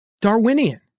Darwinian